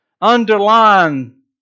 Underline